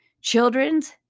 Childrens